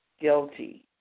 guilty